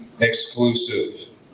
exclusive